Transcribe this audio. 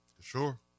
Sure